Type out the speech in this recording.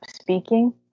speaking